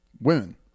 Women